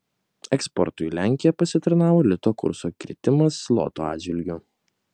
eksportui į lenkiją pasitarnavo lito kurso kritimas zloto atžvilgiu